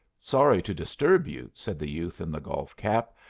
sorry to disturb you, said the youth in the golf cap,